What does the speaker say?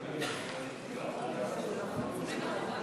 לשנת התקציב